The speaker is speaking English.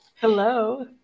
Hello